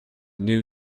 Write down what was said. new